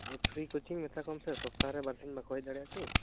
ᱟᱫᱚ free coaching ᱢᱮᱛᱟᱠᱚᱢ ᱥᱮ ᱥᱚᱯᱛᱟᱦᱚᱨᱮ ᱵᱟᱨᱥᱤᱧ ᱵᱟᱠᱚ ᱦᱮᱡ ᱫᱟᱲᱮᱭᱟ ᱠᱤ